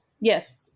Yes